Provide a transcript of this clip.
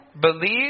believe